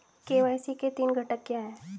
KYC के तीन घटक क्या हैं?